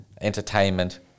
entertainment